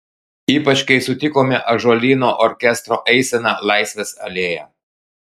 ypač kai sutikome ąžuolyno orkestro eiseną laisvės alėja